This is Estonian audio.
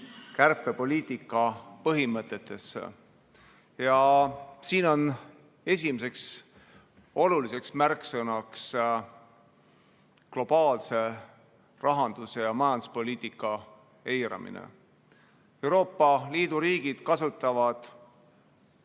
kärpepoliitika põhimõtetesse. Siin on esimene oluline märksõna globaalse rahandus- ja majanduspoliitika eiramine. Euroopa Liidu riigid kasutavad